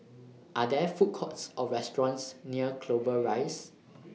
Are There Food Courts Or restaurants near Clover Rise